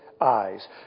eyes